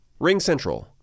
RingCentral